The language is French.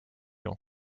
ont